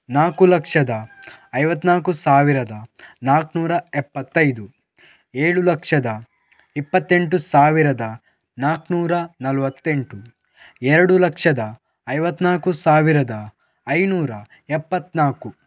ನಾಲ್ಕು ಲಕ್ಷದ ಐವತ್ತನಾಲ್ಕು ಸಾವಿರದ ನಾಲ್ಕು ನೂರ ಎಪ್ಪತ್ತೈದು ಏಳು ಲಕ್ಷದ ಇಪ್ಪತ್ತೆಂಟು ಸಾವಿರದ ನಾಲ್ಕು ನೂರ ನಲವತ್ತೆಂಟು ಎರಡು ಲಕ್ಷದ ಐವತ್ತನಾಲ್ಕು ಸಾವಿರದ ಐನೂರ ಎಪ್ಪತ್ತನಾಲ್ಕು